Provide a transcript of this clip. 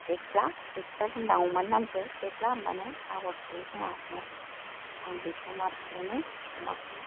थेख्ला थेख्ला दोनदां अमानि नामखौ थेख्ला होनबानो नाहरखायो जोंहा अमाया आं बेखौ मार अनो अमाखौ